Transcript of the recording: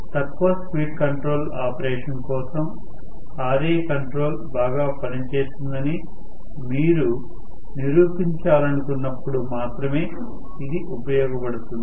తక్కువ speed control operation కోసం Ra control బాగా పనిచేస్తుందని మీరు నిరూపించాలనుకున్నప్పుడు మాత్రమే ఇది ఉపయోగించబడుతుంది